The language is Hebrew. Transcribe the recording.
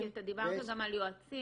אתה דיברת גם על יועצים.